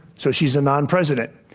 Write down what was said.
so she's a non-president.